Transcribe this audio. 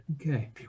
okay